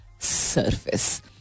surface